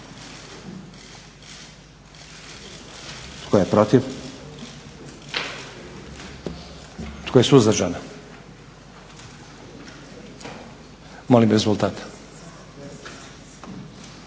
Tko je protiv? Tko je suzdržan? Molim rezultat.